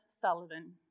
Sullivan